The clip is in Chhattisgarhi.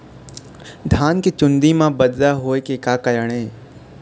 धान के चुन्दी मा बदरा होय के का कारण?